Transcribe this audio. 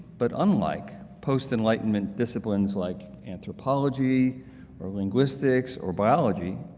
but unlike post-enlightenment disciplines like anthropology or linguistics or biology,